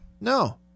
No